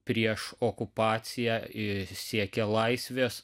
prieš okupaciją ir siekė laisvės